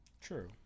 True